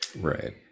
Right